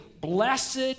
blessed